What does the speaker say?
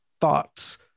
thoughts